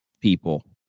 people